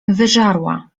wyżarła